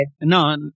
No